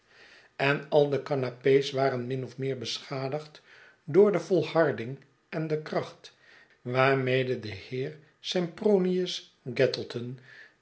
en al de canape's waren min of meer beschadigd door de volharding en de kracht waarmede de heer sempronius